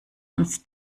uns